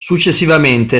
successivamente